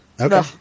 Okay